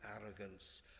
arrogance